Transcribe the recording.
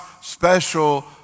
special